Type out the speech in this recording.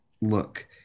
look